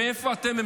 ואיפה אתם,